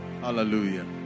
Hallelujah